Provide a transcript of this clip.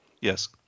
Yes